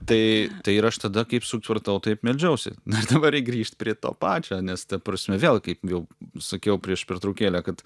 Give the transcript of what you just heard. tai tai ir aš tada kaip supratau taip meldžiausi na ir dabar reik grįžt prie to pačio nes ta prasme vėl kaip jau sakiau prieš pertraukėlę kad